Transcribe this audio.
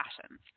passions